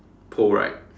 pole right